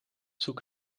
zoek